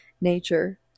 nature